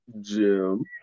Jim